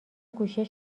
گوشی